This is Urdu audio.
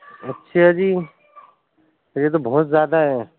اچھا جی یہ تو بہت زیادہ ہے